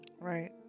Right